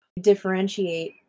differentiate